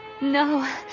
No